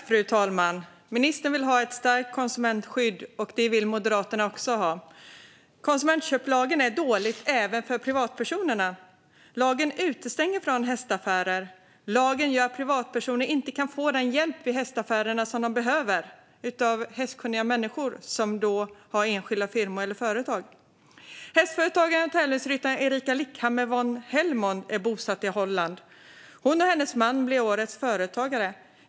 Fru talman! Ministern vill ha ett starkt konsumentskydd, och det vill Moderaterna också ha. Konsumentköplagen är dålig även för privatpersoner. Lagen utestänger från hästaffärer. Lagen gör att privatpersoner inte kan få den hjälp de behöver vid hästaffärer av hästkunniga människor som har enskilda firmor eller företag. Hästföretagaren och tävlingsryttaren Erika Lickhammer van Helmond är bosatt i Holland. Hon och hennes man blev årets företagare.